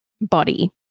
body